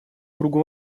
кругу